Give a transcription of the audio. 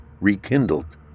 rekindled